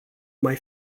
mai